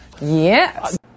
Yes